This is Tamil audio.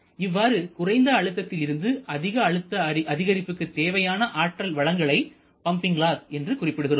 இவ்வாறு குறைந்த அழுத்தத்தில் இருந்து அதிக அழுத்த அதிகரிப்புக்கு தேவையான ஆற்றல் வழங்களை பம்பிங் லாஸ் என்று குறிப்பிடுகிறோம்